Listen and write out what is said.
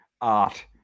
art